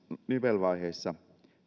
nivelvaiheissa